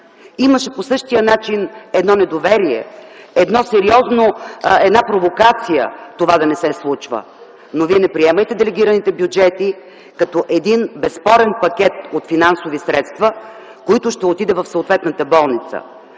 По същия начин имаше едно недоверие, една провокация това да не се случва. Но Вие не приемайте делегираните бюджети като един безспорен пакет от финансови средства, който ще отиде в съответната болница.